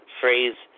phrase